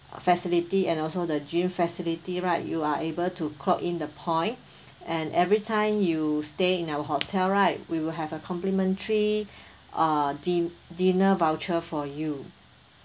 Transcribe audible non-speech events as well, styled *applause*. *breath* facility and also the gym facility right you are able to clock in the point and every time you stay in our hotel right we will have a complimentary *breath* uh din~ dinner voucher for you